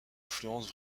influence